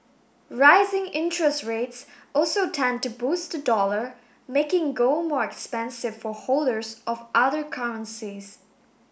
rising interest rates also tend to boost the dollar making gold more expensive for holders of other currencies